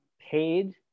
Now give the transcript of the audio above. paid